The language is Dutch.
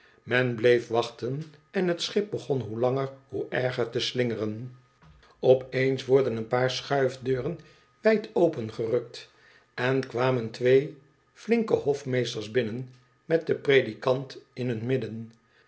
men bleef wachten en het schip begon hoe langer hoe erger te slingeren op eens woreen beiziger die geen handel drijft den oen paar schuifdeuren wijd opengerukt en kwamen twee flinke hofmeesters binnen met den predikant in hun midden